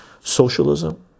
socialism